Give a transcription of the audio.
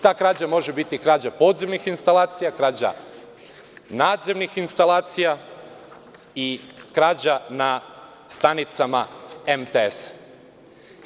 Ta krađa može biti krađa podzemnih instalacija, krađa nadzemnih instalacija i krađa na stanicama MTS-a.